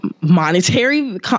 monetary